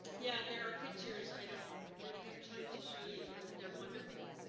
yeah, there are pictures, i don't really have time to show you but they're wonderful.